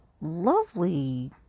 lovely